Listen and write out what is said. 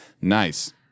Nice